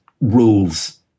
rules